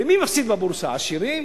ומי מפסיד בבורסה, העשירים?